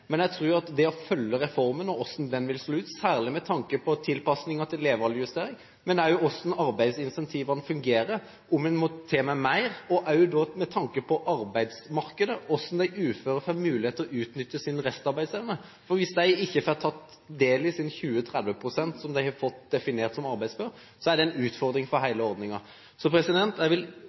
Men jeg tror en må følge reformen og se hvordan den slår ut, særlig med tanke på tilpasningen til levealdersjustering, hvordan arbeidsincentivene fungerer – om en må til med mer, med tanke på arbeidsmarkedet – og hvordan de uføre får mulighet til å utnytte sin restarbeidsevne. Hvis de ikke får tatt del i sine 20–30 pst., som de har fått definert som arbeidsfør, så er det en utfordring for hele ordningen. Så jeg tror ikke på dette tidspunktet jeg vil